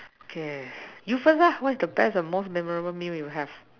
okay you first ah what was the best or most memorable meal you have